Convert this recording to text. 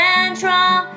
Central